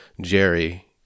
Jerry